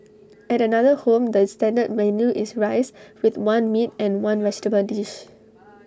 at another home the standard menu is rice with one meat and one vegetable dish